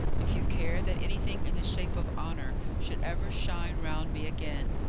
if you care that anything in the shape of honour should ever shine round me again,